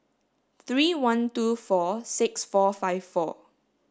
three one two four six four five four